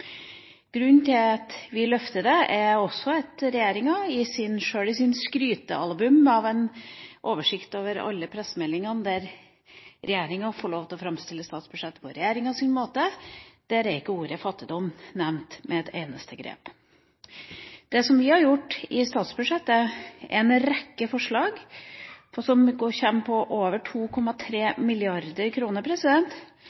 Grunnen til at vi løfter det, er at sjøl i regjeringas skrytealbum av en oversikt over alle pressemeldingene der regjeringa får lov til å framstille statsbudsjettet på regjeringas måte, er ikke ordet «fattigdom» nevnt en eneste gang. Det vi har gjort i statsbudsjettet, er å komme med en rekke forslag, på over